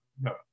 no